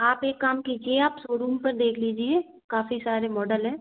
आप एक काम कीजिए आप शोरूम पर देख लीजिए काफ़ी सारे मॉडल हैं